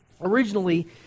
Originally